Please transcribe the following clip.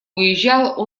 уезжал